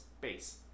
Base